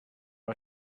are